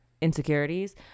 insecurities